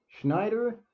Schneider